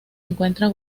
encuentra